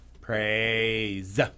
Praise